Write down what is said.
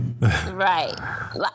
Right